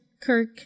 Kirk